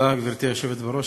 גברתי היושבת-ראש,